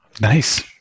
nice